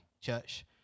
church